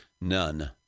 None